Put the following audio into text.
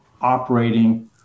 operating